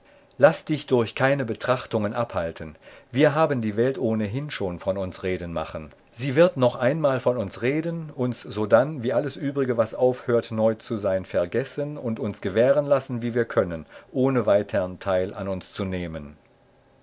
laß dich durch keine betrachtungen abhalten wir haben die welt ohnehin schon von uns reden machen sie wird noch einmal von uns reden uns sodann wie alles übrige was aufhört neu zu sein vergessen und uns gewähren lassen wie wir können ohne weitern teil an uns zu nehmen